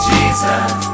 Jesus